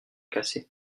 cassé